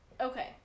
Okay